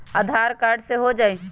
आधार card से हो जाइ?